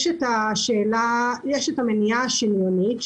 יש את המניעה השניונית,